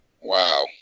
Wow